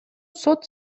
сот